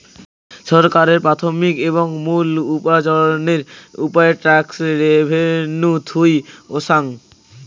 ছরকারের প্রাথমিক এবং মুল উপার্জনের উপায় ট্যাক্স রেভেন্যু থুই অসাং